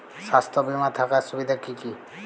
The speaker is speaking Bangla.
স্বাস্থ্য বিমা থাকার সুবিধা কী কী?